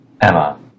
Emma